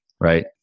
right